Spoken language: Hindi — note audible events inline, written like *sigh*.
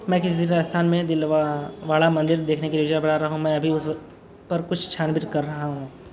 मैं किसी दिन राजस्थान में दिलवा वाड़ा मंदिर देखने की *unintelligible* बना रहा हूँ मैं अभी उस पर कुछ छान बीन कर रहा हूँ